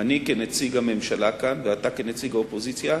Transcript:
אני כנציג הממשלה כאן ואתה כנציג האופוזיציה,